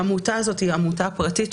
העמותה הזאת היא עמותה פרטית,